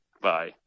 Bye